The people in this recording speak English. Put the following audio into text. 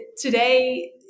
today